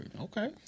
Okay